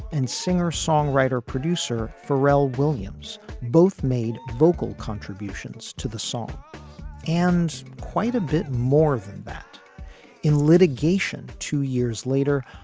and singer songwriter producer pharrell williams both made vocal contributions to the song and quite a bit more than that in litigation. two years later,